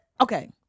Okay